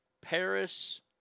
Paris